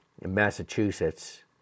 Massachusetts